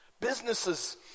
businesses